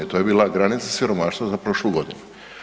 To je bila granica siromaštva za prošlu godinu.